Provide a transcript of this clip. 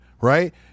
Right